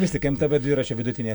vistik mtb dviračio vidutinė